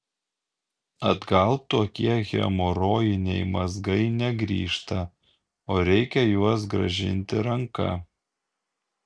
atgal tokie hemorojiniai mazgai negrįžta o reikia juos grąžinti ranka